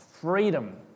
freedom